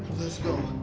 let's go.